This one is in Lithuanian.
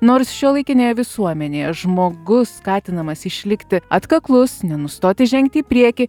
nors šiuolaikinėje visuomenėje žmogus skatinamas išlikti atkaklus nenustoti žengti į priekį